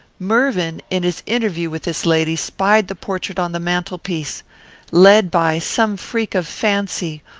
mervyn, in his interview with this lady, spied the portrait on the mantel-piece. led by some freak of fancy,